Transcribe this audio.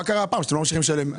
מה קרה שאתם לא ממשיכים לשלם?